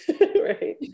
right